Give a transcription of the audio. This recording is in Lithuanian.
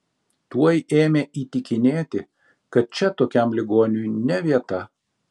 tuoj ėmė įtikinėti kad čia tokiam ligoniui ne vieta